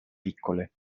piccole